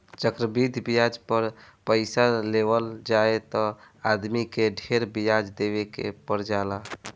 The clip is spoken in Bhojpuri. चक्रवृद्धि ब्याज पर पइसा लेवल जाए त आदमी के ढेरे ब्याज देवे के पर जाला